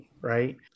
right